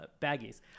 baggies